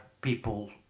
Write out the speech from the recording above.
people